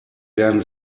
werden